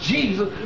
Jesus